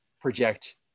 project